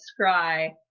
scry